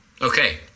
Okay